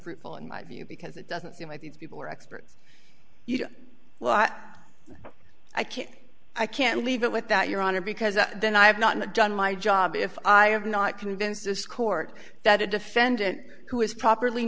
fruitful in my view because it doesn't seem like these people are experts you know a lot i can't i can't leave it with that your honor because then i have not done my job if i have not convinced this court that a defendant who has properly